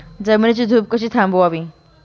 जमिनीची धूप कशी थांबवावी?